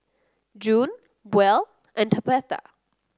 June Buell and Tabatha